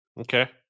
Okay